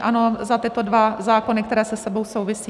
Ano, za tyto dva zákony, které se sebou souvisí.